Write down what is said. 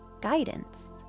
guidance